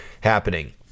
happening